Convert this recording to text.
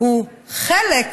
הוא חלק